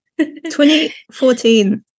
2014